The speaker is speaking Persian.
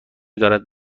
دارد